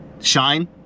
Shine